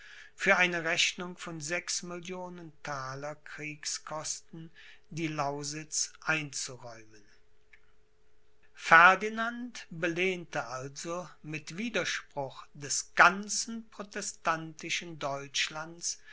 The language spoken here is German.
für eine rechnung von sechs millionen thaler kriegskosten die lausitz einzuräumen ferdinand belehnte also mit widerspruch des ganzen protestantischen deutschlands